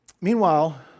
Meanwhile